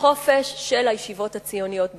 בחופש של הישיבות הציוניות בישראל.